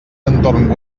entorn